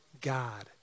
God